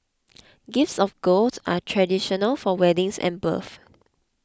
gifts of gold are traditional for weddings and births